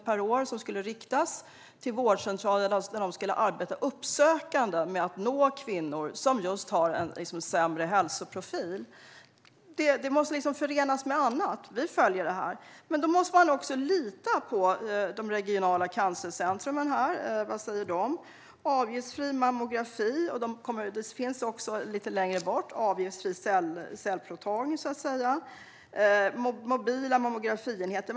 Det finns en extrem ojämlikhet inom hälso och sjukvården som är både personell och geografisk. Det måste förenas med annat. Vi följer detta, men man måste också lita på de regionala cancercentrumen och vad de säger om till exempel avgiftsfri mammografi, avgiftsfri cellprovtagning och mobila mammografienheter.